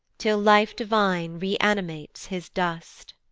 till life divine re-animates his dust.